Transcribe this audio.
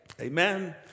Amen